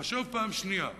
חשוב פעם שנייה.